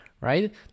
right